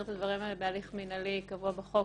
את הדברים האלה בהליך מנהלי קבוע בחוק,